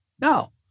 No